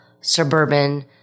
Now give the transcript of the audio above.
suburban